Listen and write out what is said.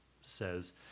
says